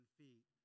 feet